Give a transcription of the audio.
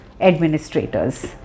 administrators